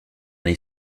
est